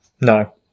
No